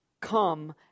come